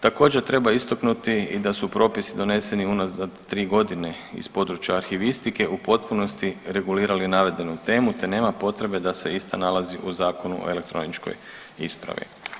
Također treba istaknuti i da su propisi doneseni unazad 3 godine iz područja arhivistike u potpunosti regulirali navedenu temu te nema potrebe da se ista nalazi u Zakonu o elektroničkoj ispravi.